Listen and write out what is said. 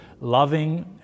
loving